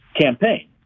campaign